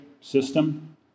system